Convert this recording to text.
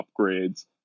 upgrades